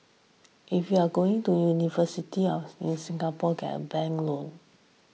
if you're going to university of in Singapore get a bank loan